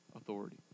authority